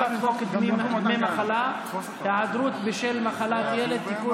חוק דמי מחלה (היעדרות בשל מחלת ילד) (תיקון,